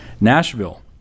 Nashville